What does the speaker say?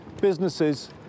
Businesses